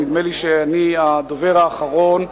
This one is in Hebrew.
נדמה לי שאני הדובר האחרון,